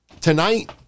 tonight